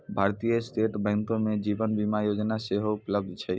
भारतीय स्टेट बैंको मे जीवन बीमा योजना सेहो उपलब्ध छै